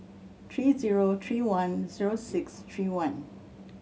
three zero three one zero six three one